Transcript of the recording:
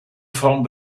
form